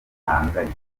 zihanganye